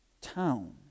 town